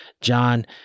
John